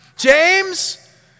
James